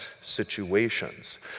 situations